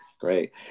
Great